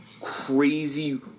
crazy